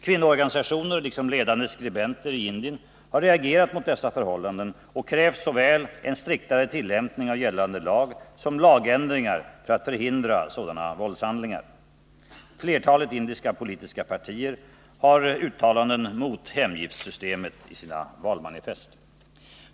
Kvinnoorganisationer liksom ledande skribenter i Indien har reagerat mot dessa förhållanden och krävt såväl en striktare tillämpning av gällande lag som lagändringar för att förhindra sådana våldshandlingar. Flertalet indiska politiska partier har gjort uttalanden mot hemgiftssystemet i sina valmanifest.